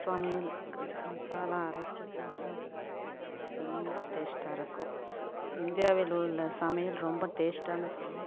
சமையலுக்கு மசாலா அரைச்சி போட்டா தான் ரொம்ப டேஸ்ட்டாக இருக்கும் ஸோ இந்தியாவில் உள்ள சமையல் ரொம்ப டேஸ்ட்டான சமையல்